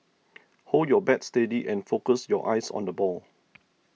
hold your bat steady and focus your eyes on the ball